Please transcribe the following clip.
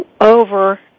over